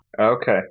Okay